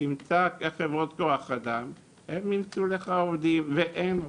תמצא חברות כוח אדם והן ימצאו לך עובדים." ואין עובדים.